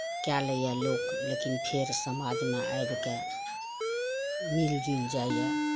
के लैये लोक लेकिन फेर समाजमे आबिके मिल जुलि जाइये